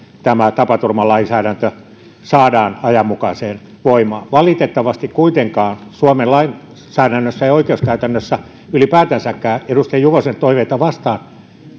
tapaturmalainsäädäntö saadaan ajanmukaisesti voimaan valitettavasti kuitenkaan suomen lainsäädännössä ja oikeuskäytännössä ylipäätänsäkään edustaja juvosen toiveita vastaan